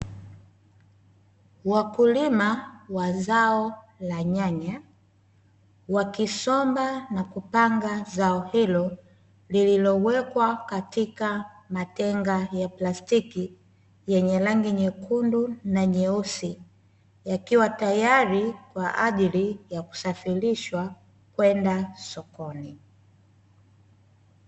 Wakulima wa zao la nyanya wakisomba na kupanga zao hilo, lililoweka katika matenga ya Plastiiki nyenye rangi nyekundu na nyeusi yakiwa tayari kwaajili ya kusafirishwa kwenda sokoni .